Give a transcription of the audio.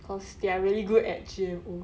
cause they're really good at G_M_O